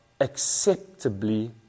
acceptably